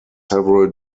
several